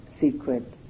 secret